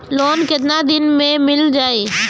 Loan कितना दिन में मिल जाई?